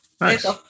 Nice